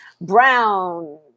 brown